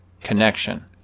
connection